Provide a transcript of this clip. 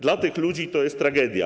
Dla tych ludzi to jest tragedia.